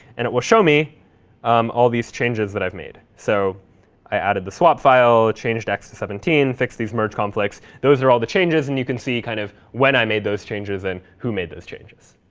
and it will show me um all these changes that i've made. so i added the swap file, changed x to seventeen, fixed these merge conflicts. those are all the changes, and you can see kind of when i made those changes and who made those changes.